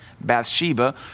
Bathsheba